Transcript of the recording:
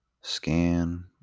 scan